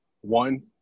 One